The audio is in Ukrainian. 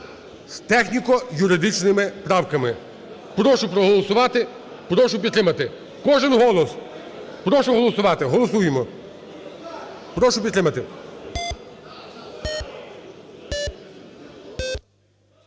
з техніко-юридичними правками. Прошу проголосувати. Прошу підтримати. Кожен голос! Прошу голосувати. Голосуємо. Прошу підтримати.